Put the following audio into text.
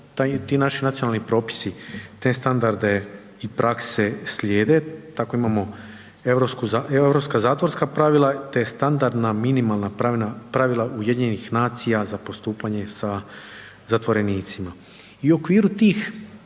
Ti naši nacionalni propisi te standarde i prakse slijede tako imao europska zatvorska pravila te standardna minimalna pravila UN-a za postupanje sa zatvorenicima. I u okviru tih